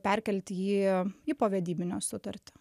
perkelti į į povedybinio sutartį